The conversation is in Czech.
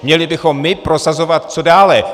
Měli bychom my prosazovat co dále.